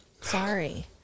Sorry